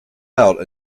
out